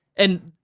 and,